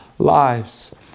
lives